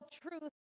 truth